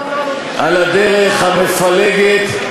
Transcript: על הדרך המפלגת,